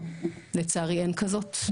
לצערי אין כזאת.